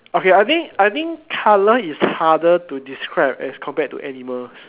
okay I think I think color is harder to describe as compared to animals